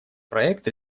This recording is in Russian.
проект